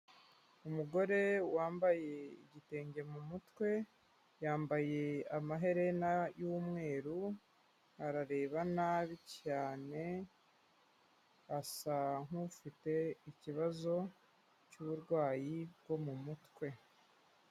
Umugore wambaye igitenge mu mutwe, yambaye amaherena y'umweru, arareba nabi cyane, asa nk'ufite ikibazo cy'uburwayi bwo mu mutwe.